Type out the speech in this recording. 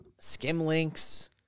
Skimlinks